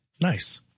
Nice